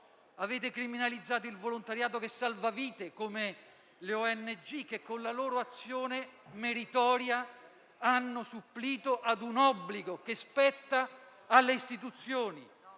Avete criminalizzato il volontariato che salva vite, come le ONG, che con la loro azione meritoria hanno supplito ad un obbligo che spetta alle istituzioni.